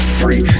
free